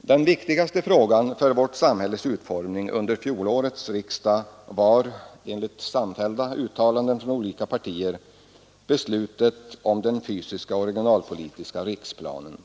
Den viktigaste frågan för vårt samhälles utformning under fjolårets riksdag var enligt samfällda uttalanden från olika partier beslutet om den fysiska och regionalpolitiska riksplanen.